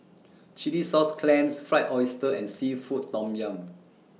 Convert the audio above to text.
Chilli Sauce Clams Fried Oyster and Seafood Tom Yum